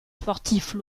sportifs